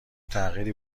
تغییری